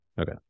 Okay